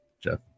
Jeff